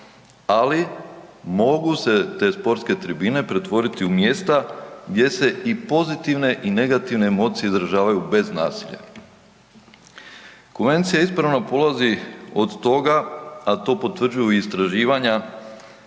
ali mogu se te sportske tribine pretvoriti u mjesta gdje se i pozitivne i negativne emocije izražavaju bez nasilja. Konvencija ispravno polazi od toga, a to potvrđuju i istraživanja